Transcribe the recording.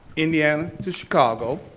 indiana to chicago.